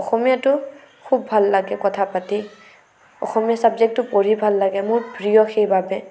অসমীয়াটো খুব ভাল লাগে কথা পাতি অসমীয়া চাবজেক্টটো পঢ়ি ভাল লাগে মোৰ প্ৰিয় সেইবাবে